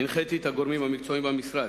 הנחיתי את הגורמים המקצועיים במשרד,